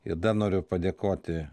ir dar noriu padėkoti